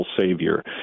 Savior